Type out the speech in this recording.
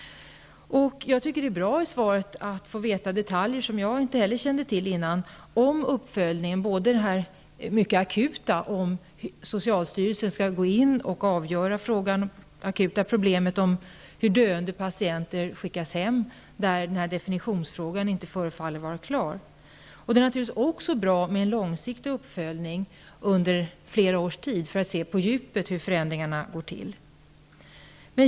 Jag tycker att det är bra att vi i svaret får reda på detaljer om uppföljningen. Inte heller jag kände till dem innan. Det gäller t.ex. den akuta frågan om socialstyrelsen skall gå in och avgöra problemet med att döende patienter skickas hem. Definitionsfrågan förefaller inte vara klar. Det är naturligtvis också bra med en långsiktig uppföljning under flera års tid, för att se på djupet hur förändringarna går till.